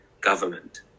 government